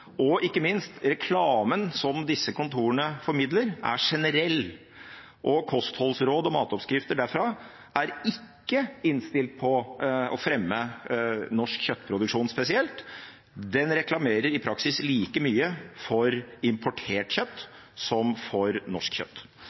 og ikke minst: Reklamen som dette kontoret formidler, er generell, og kostholdsråd og matoppskrifter derfra er ikke innstilt på å fremme norsk kjøttproduksjon spesielt – det reklamerer i praksis like mye for importert kjøtt som for norsk kjøtt.